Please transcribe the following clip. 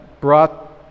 brought